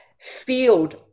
field